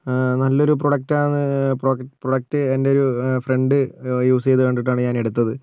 നല്ലൊരു പ്രോഡക്റ്റാണ് പ്രോഡ പ്രോഡക്ട് എൻ്റൊരു ഫ്രണ്ട് യൂസ് ചെയ്ത് കണ്ടിട്ടാണ് ഞാൻ എടുത്തത്